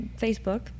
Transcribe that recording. Facebook